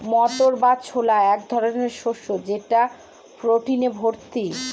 মটর বা ছোলা এক ধরনের শস্য যেটা প্রোটিনে ভর্তি